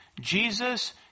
Jesus